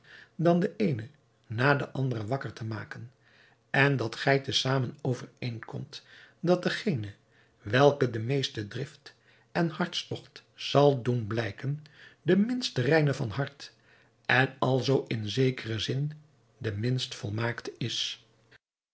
dan de eene na den anderen wakker te maken en dat gij te zamen overeenkomt dat diegene welke de meeste drift en hartstogt zal doen blijken de minst reine van hart en alzoo in zekeren zin de minst volmaakte is